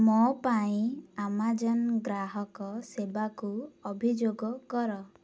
ମୋ ପାଇଁ ଆମାଜନ୍ ଗ୍ରାହକ ସେବାକୁ ଅଭିଯୋଗ କର